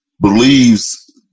believes